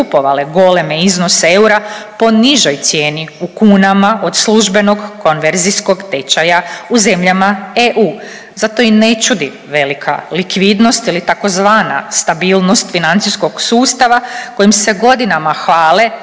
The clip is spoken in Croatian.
goleme iznose eura po nižoj cijeni u kunama od službenog konverzijskog tečaja u zemljama EU. Zato i ne čudi velika likvidnost ili tzv. stabilnost financijskog sustava kojim se godinama hvale